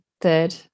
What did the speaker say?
third